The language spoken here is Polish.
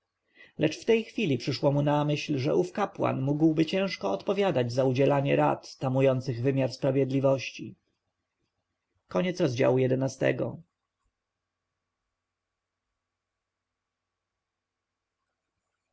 lecz w tej chwili przyszło mu na myśl że ów kapłan mógłby ciężko odpowiadać za udzielanie rad tamujących wymiar sprawiedliwości